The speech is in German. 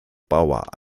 bauer